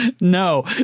no